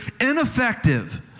ineffective